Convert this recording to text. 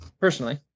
personally